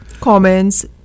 Comments